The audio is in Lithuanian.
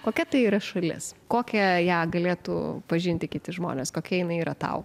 kokia tai yra šalis kokią ją galėtų pažinti kiti žmonės kokia jinai yra tau